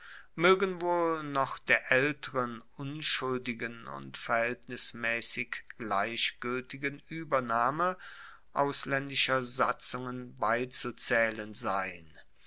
moegen wohl noch der aelteren unschuldigen und verhaeltnismaessig gleichgueltigen uebernahme auslaendischer satzungen beizuzaehlen sein